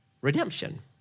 redemption